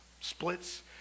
splits